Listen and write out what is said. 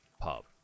pub